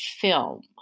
film